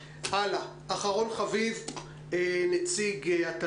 עולה שכ-78% ממשקי הבית, יש בהם רק מחשב אחד.